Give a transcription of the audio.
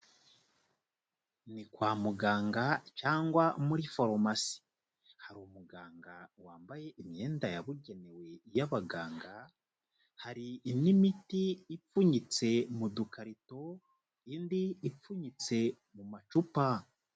Ni kwa muganga cyangwa muri farumasi, hari umuganga wambaye imyenda yabugenewe y'abaganga, hari indi miti ipfunyitse mu dukarito, indi ipfunyitse mu macupa.